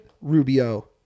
Rubio